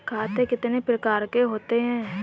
खाते कितने प्रकार के होते हैं?